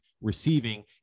receiving